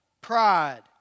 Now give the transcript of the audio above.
Pride